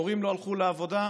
הורים לא הלכו לעבודה,